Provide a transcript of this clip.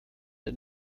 and